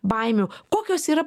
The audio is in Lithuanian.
baimių kokios yra